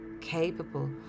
capable